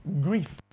grief